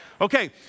Okay